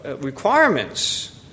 requirements